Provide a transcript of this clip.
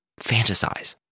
fantasize